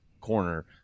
corner